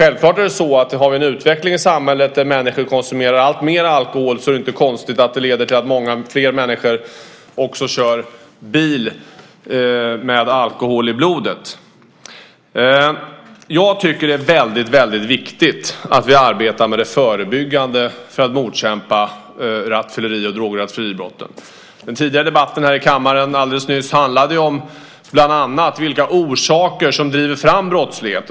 Har vi en utveckling i samhället där människor konsumerar alltmer alkohol är det inte konstigt att det leder till att många fler människor också kör bil med alkohol i blodet. Det är väldigt viktigt att vi arbetar med det förebyggande för att motverka rattfylleri och drograttfylleribrotten. Den tidigare debatten här i kammaren alldeles nyss handlade bland annat om vilka orsaker som driver fram brottslighet.